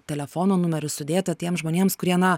telefono numerių sudėta tiems žmonėms kurie na